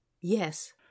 Yes